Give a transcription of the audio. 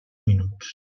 minuts